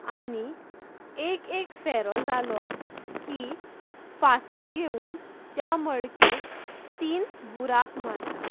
आनी एक एक फेरो जालो की फातर घेवून त्या मडकेक तीन बुराक मारतात